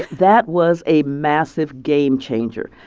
that was a massive game changer.